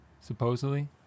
supposedly